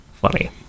funny